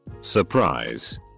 Surprise